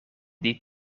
die